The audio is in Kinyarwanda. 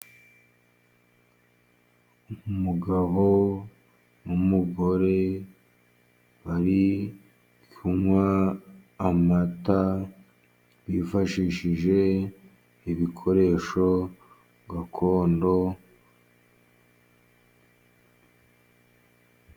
Umugabo n'umugore bari kunywa amata bifashishije ibikoresho gakondo.